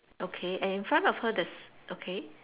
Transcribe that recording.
okay and in front of her there's okay